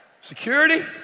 Security